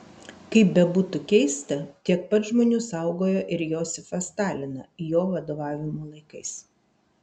kaip bebūtų keista tiek pat žmonių saugojo ir josifą staliną jo vadovavimo laikais